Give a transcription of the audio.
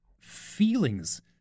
feelings